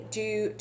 due